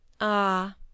Ah